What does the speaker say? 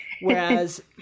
whereas